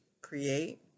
create